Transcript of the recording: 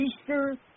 Easter